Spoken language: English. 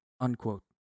unquote